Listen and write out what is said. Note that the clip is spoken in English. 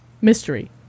Mystery